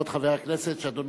כבוד